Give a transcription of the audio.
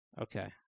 Okay